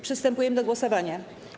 Przystępujemy do głosowania.